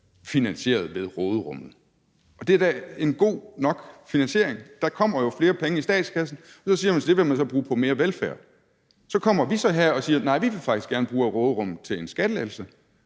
finansieret ved råderummet. Og det er da en god nok finansiering – der kommer jo flere penge i statskassen, og så siger man, at dem vil man så bruge på mere velfærd. Så kommer vi så her og siger: Nej, vi vil faktisk gerne bruge af råderummet til en skattelettelse.